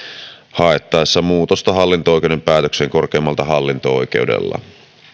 haettaessa muutosta hallinto oikeuden päätökseen korkeimmalta hallinto oikeudelta